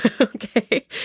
okay